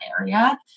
area